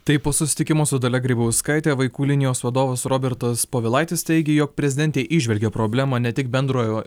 taip po susitikimo su dalia grybauskaite vaikų linijos vadovas robertas povilaitis teigė jog prezidentė įžvelgia problemą ne tik bendrojo